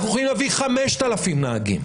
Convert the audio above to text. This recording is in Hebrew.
אנחנו יכולים להביא 5,000 נהגים.